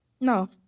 no